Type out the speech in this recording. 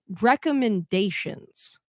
recommendations